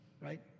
right